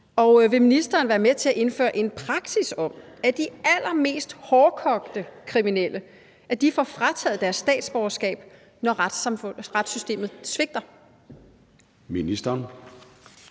Og vil ministeren være med til at indføre en praksis om, at de allermest hårdkogte kriminelle får frataget deres statsborgerskab, når retssystemet svigter?